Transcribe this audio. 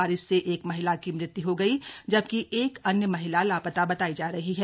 बारिश से एक महिला की मृत्य् हो गयी है जबकि एक अन्य महिला लापता बतायी जा रही है